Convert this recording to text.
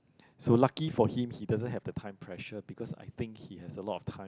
so lucky for him he doesn't have the time pressure because I think he has a lot of time